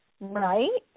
right